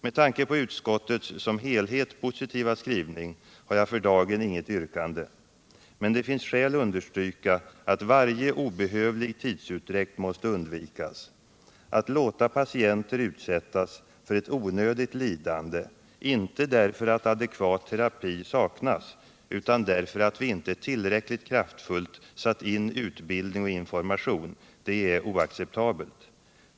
Med tanke på utskottets som helhet positiva skrivning har jag för dagen inget yrkande. Men det finns skäl att understryka att varje obehövlig tidsutdräkt måste undvikas. Ait låta patienter utsättas för ett onödigt lidande — inte därför att adekvat terapi saknas utan därför att vi inte tillräckligt kraftfullt satt in utbildning och information — är oacceptabelt.